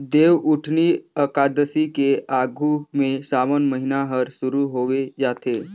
देवउठनी अकादसी के आघू में सावन महिना हर सुरु होवे जाथे